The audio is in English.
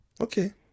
Okay